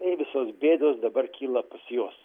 tai visos bėdos dabar kyla pas juos